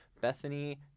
Bethany